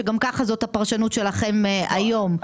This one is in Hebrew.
שגם ככה זאת הפרשנות שלכם היום.